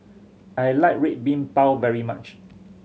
I like Red Bean Bao very much